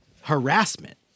harassment